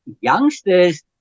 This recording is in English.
youngsters